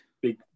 Big